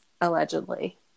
Allegedly